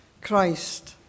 Christ